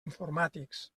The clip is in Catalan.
informàtics